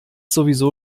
sowieso